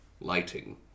lighting